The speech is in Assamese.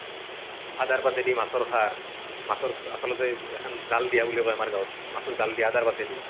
আদাৰ পাতেদি মাছৰ খাৰ মাছৰ আচলতে এখন জাল দিয়া বুলি কয় আমাৰ গাঁৱত মাছৰ জাল দিয়া আদাৰ পাতেদি